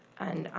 and